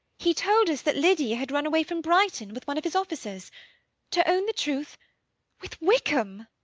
he told us that lydia had run away from brighton with one of his officers to own the truth with wickham!